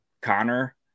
Connor